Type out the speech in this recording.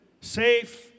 safe